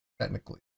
technically